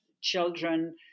children